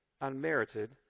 unmerited